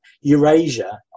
Eurasia